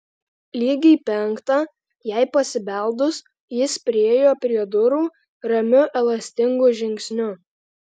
lygiai penktą jai pasibeldus jis priėjo prie durų ramiu elastingu žingsniu